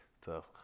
tough